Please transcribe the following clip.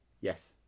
yes